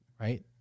right